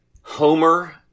Homer